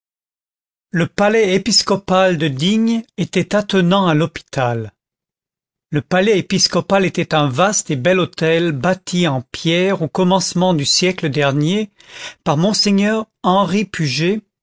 le palais épiscopal de digne était attenant à l'hôpital le palais épiscopal était un vaste et bel hôtel bâti en pierre au commencement du siècle dernier par monseigneur henri puget